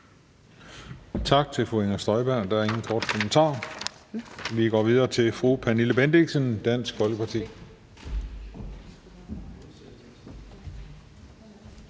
Tak til fru Inger Støjberg. Der er ingen korte kommentarer. Vi går videre til fru Pernille Bendixen, Dansk Folkeparti.